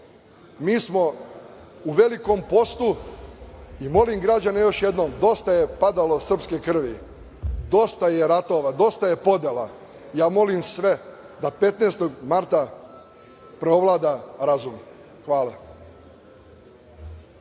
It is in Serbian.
Mi smo u velikom postu i molim građane još jednom dosta je padalo srpske krvi, dosta je ratova, dosta je podela, ja molim sve da 15. marta preovlada razum. Hvala.